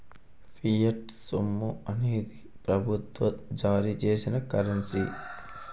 fiat సొమ్ము అనేది ప్రభుత్వం జారీ చేసిన కరెన్సీ